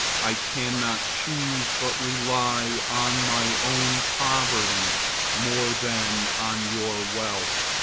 i cannot choose but rely on my own poverty more than on your wealth.